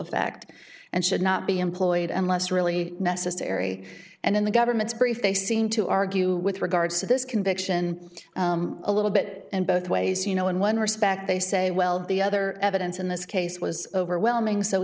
effect and should not be employed and less really necessary and in the government's brief they seem to argue with regards to this conviction a little bit and both ways you know in one respect they say well the other evidence in this case was overwhelming so